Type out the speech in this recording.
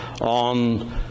on